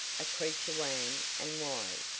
a creature wan and wild,